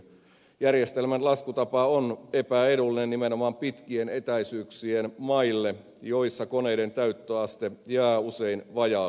järjestelmän laskutapa on epäedullinen nimenomaan pitkien etäisyyksien maille joissa koneiden käyttöaste jää usein vajaaksi